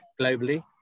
globally